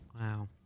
Wow